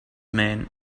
man